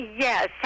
Yes